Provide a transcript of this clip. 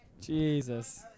Jesus